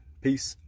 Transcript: Peace